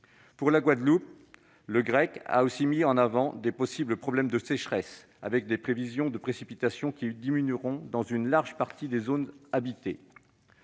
Pour la Guadeloupe, le GREC a aussi mis en avant de possibles problèmes de sécheresse en se fondant sur des prévisions de précipitations qui diminueront dans une large partie des zones habitées.